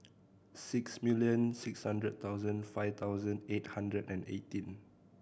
six million six hundred thousand five thousand eight hundred and eighteen